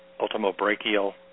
ultimobrachial